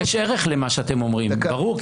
יש ערך למה שאתם אומרים, ברור.